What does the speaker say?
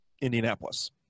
Indianapolis